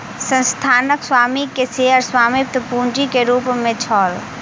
संस्थानक स्वामी के शेयर स्वामित्व पूंजी के रूप में छल